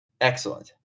Excellent